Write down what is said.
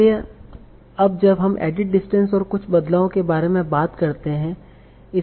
इसलिए अब जब हम एडिट डिस्टेंस और कुछ बदलावों के बारे में बात करते हैं